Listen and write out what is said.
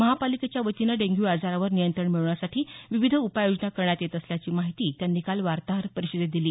महापालिकेच्या वतीनं डेंग्यू आजारावर नियंत्रण मिळवण्यासाठी विविध उपाययोजना करण्यात येत असल्याची माहिती त्यांनी काल वार्ताहर परिषदेत दिली